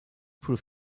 prove